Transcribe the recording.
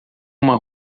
uma